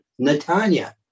Netanya